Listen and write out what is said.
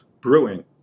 brewing